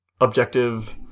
objective